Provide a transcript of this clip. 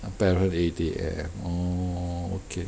apparently they have orh okay